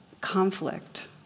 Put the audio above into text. conflict